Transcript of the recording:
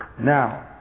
Now